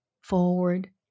forward